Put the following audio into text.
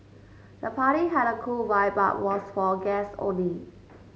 the party had a cool vibe but was for guests only